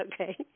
Okay